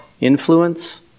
Influence